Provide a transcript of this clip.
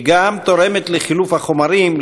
היא גם תורמת לחילוף החומרים,